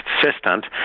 consistent